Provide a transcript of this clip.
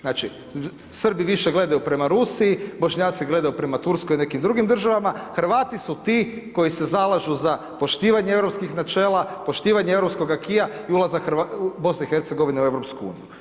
Znači Srbi više gledaju prema Rusiji, Bošnjaci prema Turskoj i nekim drugim državama, Hrvati su ti koji se zalažu za poštivanje europskih načela, poštivanje europskoga, … i ulazak BIH u EU.